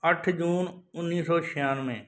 ਅੱਠ ਜੂਨ ਉੱਨੀ ਸੌ ਛਿਆਨਵੇਂ